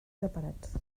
separats